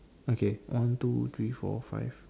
okay one two three four five